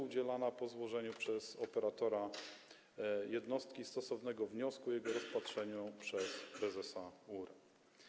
Udzielana będzie po złożeniu przez operatora jednostki stosownego wniosku i jego rozpatrzeniu przez prezesa URE.